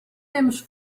temps